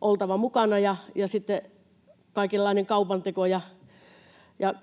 oltava mukana ja sitten kaikenlainen kaupanteko ja